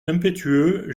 impétueux